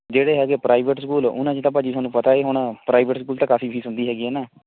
ਜਿਹੜੇ ਹੈਗੇ private school ਉਹਨਾਂ 'ਚ ਤਾਂ ਭਾ ਜੀ ਤੁਹਾਨੂੰ ਪਤਾ ਹੀ ਹੋਣਾ ਪ੍ਰਾਈਵੇਟ ਸਕੂਲ ਤਾਂ ਕਾਫ਼ੀ ਫ਼ੀਸ ਹੁੰਦੀ ਹੈਗੀ ਹੈ ਨਾ